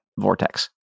vortex